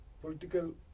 political